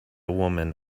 woman